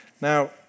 Now